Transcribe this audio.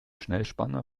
schnellspanner